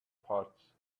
parts